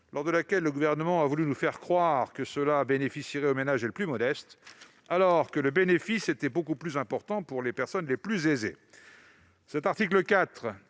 d'habitation : le Gouvernement a voulu nous faire croire qu'elle bénéficierait aux ménages les plus modestes, alors que le bénéfice était beaucoup plus important pour les personnes les plus aisées. Cet article 4